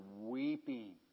weeping